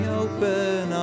open